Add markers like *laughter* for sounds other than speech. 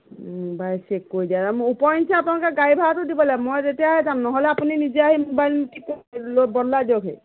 mobile check কৰি দিয়া নাই ওপৰেঞ্চি আপোনালোকে গাড়ী ভাড়াটো দিব লাগিব মই তেতিয়াহে যাম নহ'লে আপুনি নিজে আহি মোবাইল *unintelligible* বদলাই দিয়কহি